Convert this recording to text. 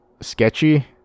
sketchy